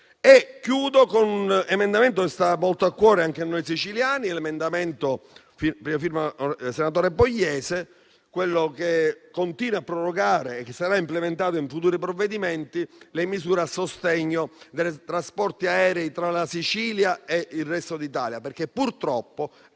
Concludo con un emendamento che sta molto a cuore anche a noi siciliani, a prima del senatore Pogliese, che continua a prorogare (e che sarà implementato in futuri provvedimenti) le misure a sostegno dei trasporti aerei tra la Sicilia e il resto d'Italia, perché purtroppo